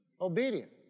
obedient